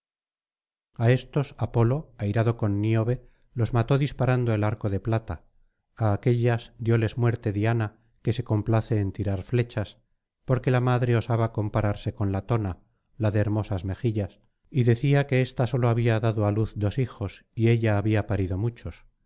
a éstos apolo airado contra níobe los mató disparando el arco de plata á aquéllas dióles muerte diana que se complace en tirar flechas porque la madre osaba compararse con latona la de hermosas mejillas y decía que ésta sólo había dado á luz dos hijos y ella había parido muchos